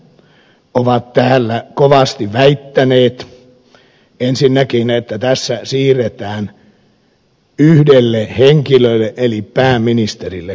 tennilä on täällä kovasti väittänyt ensinnäkin että tässä siirretään yhdelle henkilölle eli pääministerille kohtuuttomasti valtaa